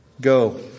Go